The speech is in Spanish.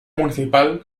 municipal